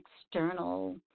external